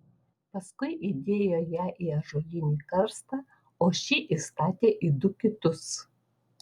paskui įdėjo ją į ąžuolinį karstą o šį įstatė į du kitus